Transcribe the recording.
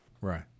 Right